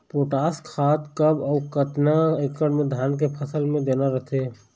Potash खाद कब अऊ केतना एकड़ मे धान के फसल मे देना रथे?